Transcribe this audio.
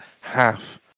half